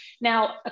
Now